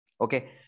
Okay